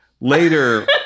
later